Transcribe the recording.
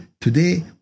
today